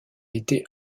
été